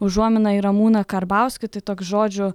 užuomina į ramūną karbauskį tai toks žodžių